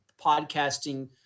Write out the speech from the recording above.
podcasting